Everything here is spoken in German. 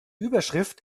überschrift